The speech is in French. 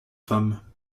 femmes